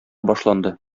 башланды